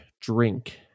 drink